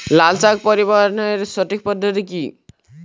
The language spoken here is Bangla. লালশাক পরিবহনের সঠিক পদ্ধতি কি?